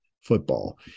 football